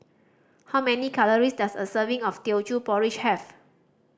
how many calories does a serving of Teochew Porridge have